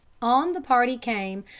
on the party came,